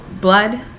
blood